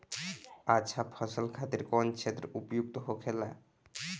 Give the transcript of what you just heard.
अच्छा फसल खातिर कौन क्षेत्र उपयुक्त होखेला?